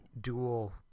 dual